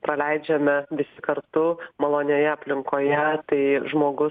praleidžiame visi kartu malonioje aplinkoje tai žmogus